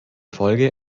folge